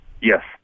Yes